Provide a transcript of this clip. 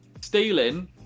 stealing